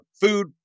food